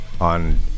on